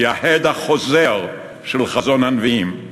היא ההד החוזר של חזון הנביאים,